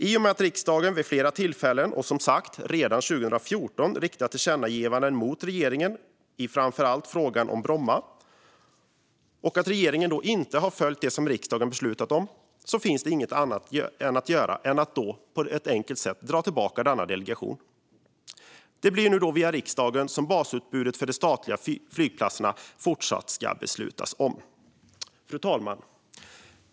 I och med att riksdagen vid flera tillfällen - det första som sagt redan 2014 - riktat tillkännagivanden till regeringen i framför allt frågan om Bromma och att regeringen inte har följt det som riksdagen har beslutat finns det i dag inget annat att göra än att helt enkelt dra tillbaka detta delegerade uppdrag. Det blir då riksdagen som fortsatt ska besluta om basutbudet för de statliga flygplatserna. Fru talman!